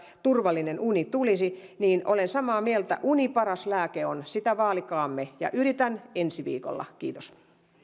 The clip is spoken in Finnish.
turvallinen uni tulisi niin olen samaa mieltä uni paras lääke on sitä vaalikaamme yritän ensi viikolla kiitos